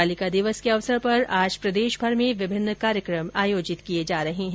बालिका दिवस के अवसर पर आज प्रदेशभर में विभिन्न कार्यक्रम भी आयोजित किए जा रहे है